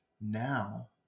now